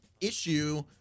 issue